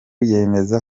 yemeza